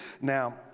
now